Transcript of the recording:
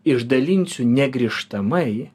išdalinsiu negrįžtamai